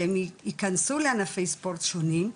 שהם ייכנסו לענפי ספורט שונים.